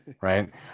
right